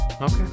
Okay